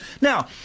Now